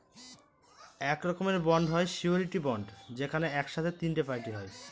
এক রকমের বন্ড হয় সিওরীটি বন্ড যেখানে এক সাথে তিনটে পার্টি হয়